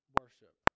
worship